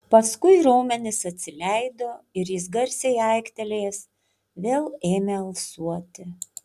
paskui raumenys atsileido ir jis garsiai aiktelėjęs vėl ėmė alsuoti